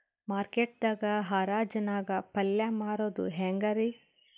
Market ದಾಗ್ ಹರಾಜ್ ನಾಗ್ ಪಲ್ಯ ಮಾರುದು ಹ್ಯಾಂಗ್ ರಿ?